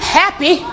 happy